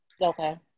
okay